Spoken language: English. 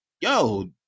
yo